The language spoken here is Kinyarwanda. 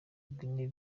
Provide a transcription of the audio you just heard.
guinea